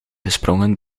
gesprongen